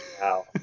wow